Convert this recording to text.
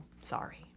sorry